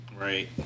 right